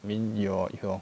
I mean your your